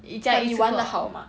赚钱的好嘛